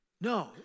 No